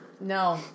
No